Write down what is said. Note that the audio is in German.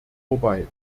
vorbei